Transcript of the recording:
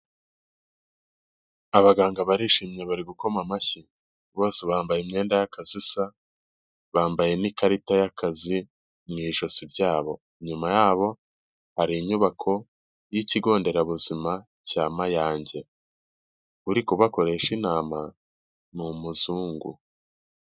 Abaganga barishimye bari gukoma amashyi, bose bambaye imyenda y'akazi isa, bambaye n'ikarita y'akazi mu ijosi ryabo, inyuma yabo hari inyubako y'ikigo nderabuzima cya Mayange, uri kubakoresha inama ni umuzungu.